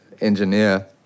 engineer